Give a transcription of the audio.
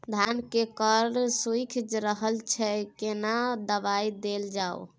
धान के कॉर सुइख रहल छैय केना दवाई देल जाऊ?